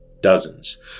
dozens